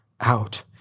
out